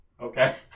Okay